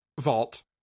vault